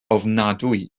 ofnadwy